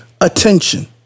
attention